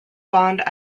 bond